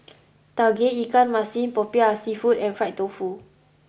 Tauge Ikan Masin Popiah Seafood and Fried Tofu